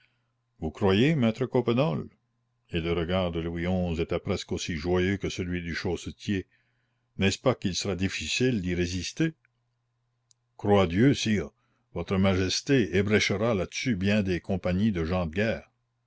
vous croyez maître coppenole et le regard de louis xi était presque aussi joyeux que celui du chaussetier n'est-ce pas qu'il sera difficile d'y résister croix dieu sire votre majesté ébréchera là-dessus bien des compagnies de gens de guerre